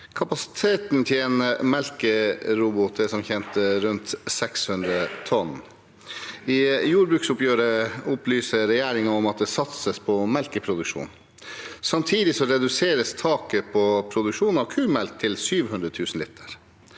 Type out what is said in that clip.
Kapasiteten til en melkerobot er som kjent rundt 600 tonn. I jordbruksoppgjøret opplyser regjeringen at det satses på melkeproduksjon. Samtidig reduseres taket på produksjon av kumelk til 700 000 liter.